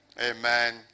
Amen